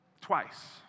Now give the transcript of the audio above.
Twice